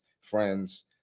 friends